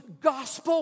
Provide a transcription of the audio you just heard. gospel